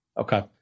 Okay